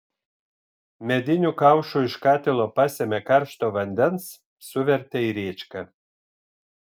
mediniu kaušu iš katilo pasėmė karšto vandens suvertė į rėčką